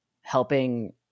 helping